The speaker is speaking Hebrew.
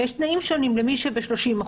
ויש תנאים שונים למי שב-30%,